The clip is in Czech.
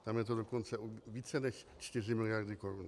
Tam je to dokonce o více než 4 miliardy korun.